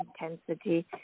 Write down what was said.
intensity